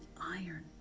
iron